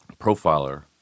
profiler